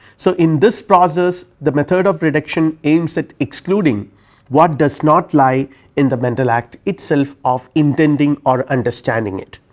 so, in this process the method of prediction aims at excluding what does not lie in the mental act itself of intending or understanding it.